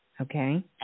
Okay